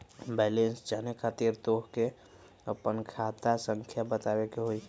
Balance जाने खातिर तोह के आपन खाता संख्या बतावे के होइ?